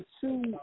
two